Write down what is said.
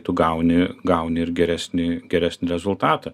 tu gauni gauni ir geresnį geresnį rezultatą